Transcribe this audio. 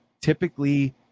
typically